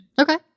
Okay